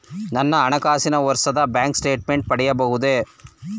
ನನ್ನ ಹಣಕಾಸಿನ ವರ್ಷದ ಬ್ಯಾಂಕ್ ಸ್ಟೇಟ್ಮೆಂಟ್ ಪಡೆಯಬಹುದೇ?